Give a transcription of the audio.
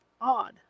Odd